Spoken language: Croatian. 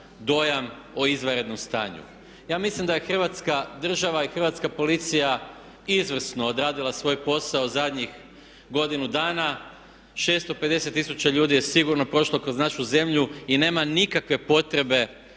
dojam o izvanrednom stanju? Ja mislim da je Hrvatska država i hrvatska policija izvrsno odradila svoj posao zadnjih godinu dana, 650 tisuća ljudi je sigurno prošlo kroz našu zemlju i nema nikakve potrebe